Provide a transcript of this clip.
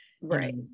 right